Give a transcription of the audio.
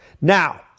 Now